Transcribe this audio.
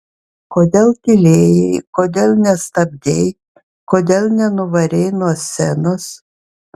kodėl tylėjai kodėl nestabdei kodėl nenuvarei nuo scenos